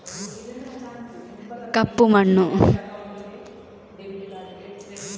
ಹುರುಳಿಕಾಳನ್ನು ಬೆಳೆಸಲು ಯಾವ ಮಣ್ಣು ಬೇಕು?